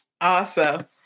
Awesome